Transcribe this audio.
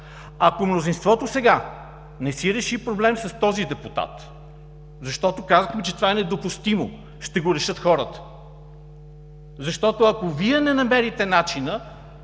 Ако мнозинството сега не си реши проблема с този депутат, защото казахме, че това е недопустимо, ще го решат хората. Ако Вие не намерите начин